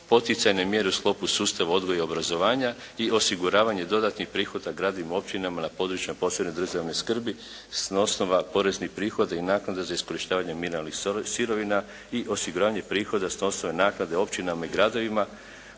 poticajne mjere u sklopu sustava odgoja i obrazovanja i osiguravanje dodatnih prihoda gradovima i općinama na područjima od posebne državne skrbi s osnova poreznih prihoda i naknada za iskorištavanje mineralnih sirovina i osiguravanja prihoda s osnova naknade općinama i gradovima